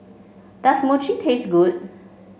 does Mochi taste good